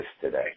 today